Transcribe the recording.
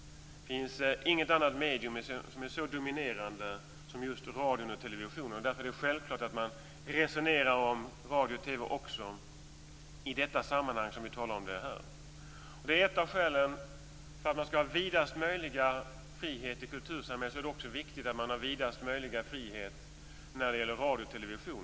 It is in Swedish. Det finns inga andra medier som är så dominerande som just radion och televisionen. Därför är det självklart att man också resonerar om radio och TV i detta sammanhang. För att man skall ha vidast möjliga frihet i kultursamhället är det viktigt att man har vidast möjliga frihet för radio och television.